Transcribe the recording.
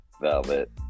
Velvet